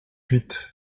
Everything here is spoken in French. huit